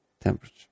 temperature